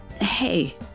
hey